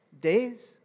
Days